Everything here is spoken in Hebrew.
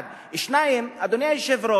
1. 2. אדוני היושב-ראש,